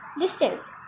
distance